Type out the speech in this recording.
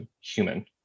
human